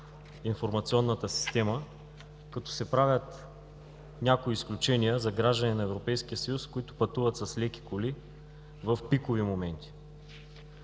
информационната система като се правят някои изключения за граждани на Европейския съюз, които пътуват с леки коли в пикови моменти,